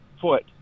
foot